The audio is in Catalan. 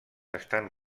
estan